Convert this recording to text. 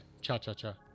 cha-cha-cha